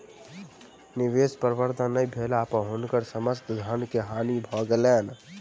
निवेश प्रबंधन नै भेला पर हुनकर समस्त धन के हानि भ गेलैन